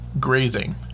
grazing